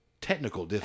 Technical